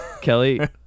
Kelly